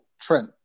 Trent